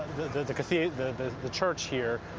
the the church here.